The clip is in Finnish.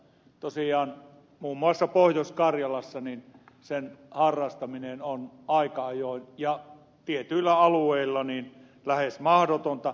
tosiaan muun muassa pohjois karjalassa sen harrastaminen on aika ajoin ja tietyillä alueilla lähes mahdotonta